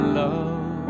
love